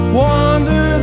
wander